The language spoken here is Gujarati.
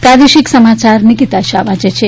પ્રાદેશિક સમાયાર નિકીતા શાહ વાંચે છે